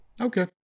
Okay